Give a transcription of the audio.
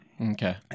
Okay